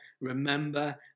remember